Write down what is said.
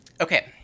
okay